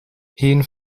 een